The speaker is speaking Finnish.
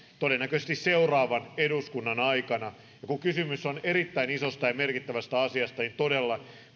todennäköisesti vasta seuraavan eduskunnan aikana ja kun kysymys on erittäin isosta ja merkittävästä asiasta niin todella